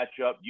matchup